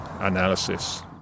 analysis